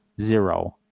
Zero